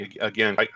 again